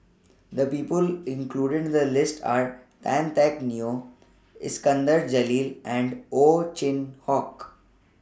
The People included in The list Are Tan Teck Neo Iskandar Jalil and Ow Chin Hock